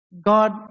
God